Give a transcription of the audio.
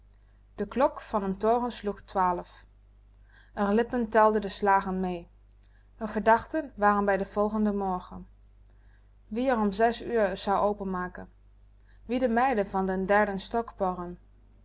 de klok van n toren sloeg twaalf r lippen telden de slagen mee r gedachten waren bij den volgenden morgen wie r om zes uur zou openmaken wie de meiden van den derden stock